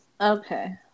Okay